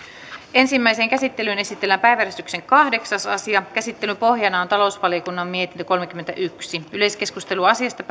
ensimmäiseen käsittelyyn esitellään päiväjärjestyksen kahdeksas asia käsittelyn pohjana on talousvaliokunnan mietintö kolmekymmentäyksi yleiskeskustelu asiasta